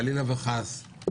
חלילה וחס.